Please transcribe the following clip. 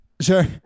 sure